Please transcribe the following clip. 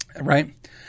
right